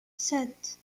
sept